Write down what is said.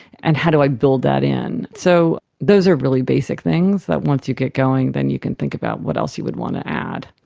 and how do i build that in? so those are really basic things that once you get going then you can think about what else you would want to add.